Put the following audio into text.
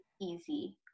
easy